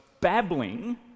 babbling